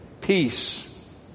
Peace